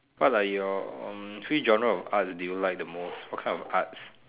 what are your hmm few genres of arts do you like the most what kind of arts